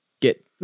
get